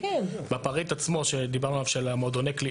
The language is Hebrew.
בפריט עצמו שדיברנו של המועדונים עצמם,